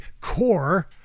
core